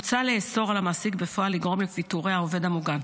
מוצע לאסור על המעסיק בפועל לגרום לפיטורי העובד המוגן,